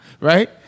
right